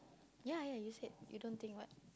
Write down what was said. ya ya you said you don't think what